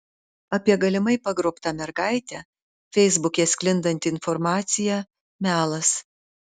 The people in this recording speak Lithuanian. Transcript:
apie galimai pagrobtą mergaitę feisbuke sklindanti informacija melas